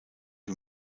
wie